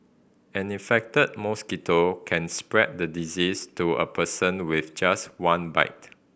an infected mosquito can spread the disease to a person with just one bite